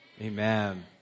Amen